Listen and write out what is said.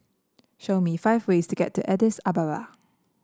show me five ways to get to Addis Ababa